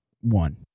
One